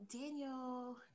Daniel